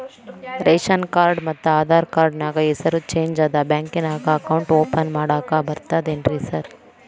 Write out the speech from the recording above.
Ration card ಮತ್ತ Aadhaar card ನ್ಯಾಗ ಹೆಸರು ಚೇಂಜ್ ಅದಾ ಬ್ಯಾಂಕಿನ್ಯಾಗ ಅಕೌಂಟ್ ಓಪನ್ ಮಾಡಾಕ ಬರ್ತಾದೇನ್ರಿ ಸಾರ್?